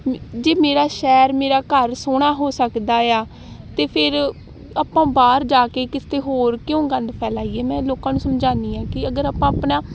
ਜੇ ਮੇਰਾ ਸ਼ਹਿਰ ਮੇਰਾ ਘਰ ਸੋਹਣਾ ਹੋ ਸਕਦਾ ਆ ਤਾਂ ਫਿਰ ਆਪਾਂ ਬਾਹਰ ਜਾ ਕੇ ਕਿਤੇ ਹੋਰ ਕਿਉਂ ਗੰਦ ਫੈਲਾਈਏ ਮੈਂ ਲੋਕਾਂ ਨੂੰ ਸਮਝਾਉਂਦੀ ਹਾਂ ਕਿ ਅਗਰ ਆਪਾਂ ਆਪਣਾ